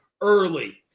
early